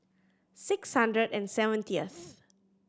six hundred and seventieth